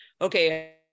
okay